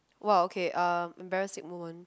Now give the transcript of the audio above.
!wah! okay uh embarrassing moment